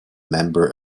member